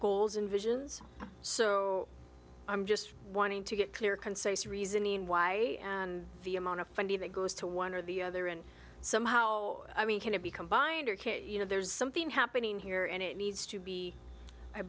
goals and visions so i'm just wanting to get clear concise reasoning why and the amount of funding that goes to one or the other and somehow i mean can it be combined or can you know there's something happening here and it needs to be i